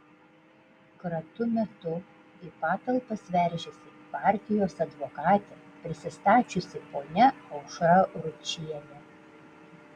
kratų metu į patalpas veržėsi partijos advokate prisistačiusi ponia aušra ručienė